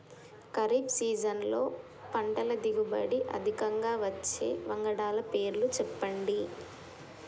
ఖరీఫ్ సీజన్లో పంటల దిగుబడి అధికంగా వచ్చే వంగడాల పేర్లు చెప్పండి?